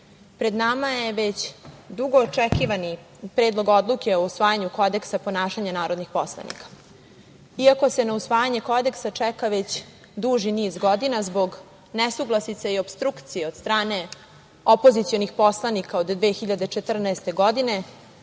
nama je već dugoočekivani Predlog odluke o usvajanju kodeksa ponašanja narodnih poslanika. Iako se na usvajanje kodeksa čeka već duži niz godina zbog nesuglasica i opstrukcija od strane opozicionih poslanika od 2014. godine,